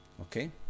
okay